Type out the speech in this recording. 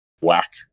whack